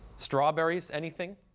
strawberries. anything?